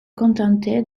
contentait